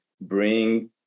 bring